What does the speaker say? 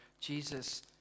Jesus